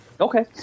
Okay